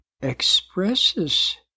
expresses